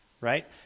right